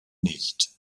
nicht